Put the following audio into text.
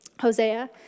Hosea